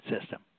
system